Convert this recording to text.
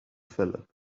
phillip